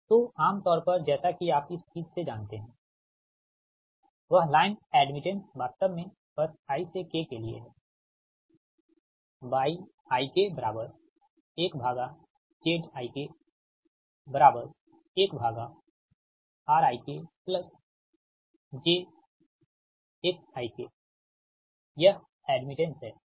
तो आम तौर पर जैसा कि आप इस चीज से जानते हैं वह लाइन एड्मिटेंस वास्तव में बस i से k के लिए है यह एड्मिटेंस है ठीक है